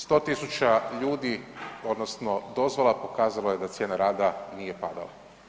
100.000 ljudi odnosno dozvola pokazalo je da cijena rada nije padala.